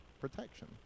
protection